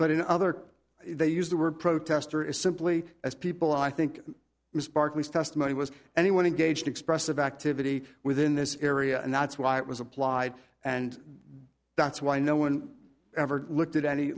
but in other they used the word protester as simply as people i think it was barclay's testimony was anyone in gauged expressive activity within this area and that's why it was applied and that's why no one ever looked at any